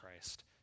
Christ